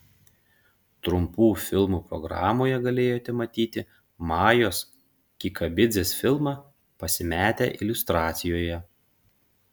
trumpų filmų programoje galėjote matyti majos kikabidzės filmą pasimetę iliustracijoje